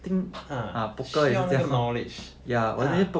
think ah 需要那个 knowledge ya